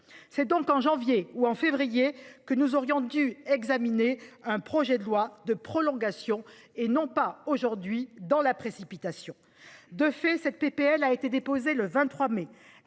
C'est donc en janvier ou février dernier que nous aurions dû examiner un projet de loi de prolongation, et non aujourd'hui dans la précipitation. De fait, cette proposition de loi a été déposée le 23 mai.